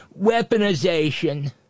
weaponization